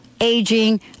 Aging